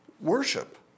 worship